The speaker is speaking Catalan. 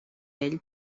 ell